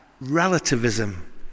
relativism